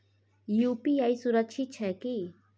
UPI सुरक्षित छै की?